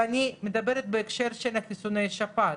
אני מדברת בהקשר של חיסוני השפעת.